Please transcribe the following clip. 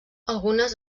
algunes